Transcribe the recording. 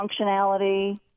functionality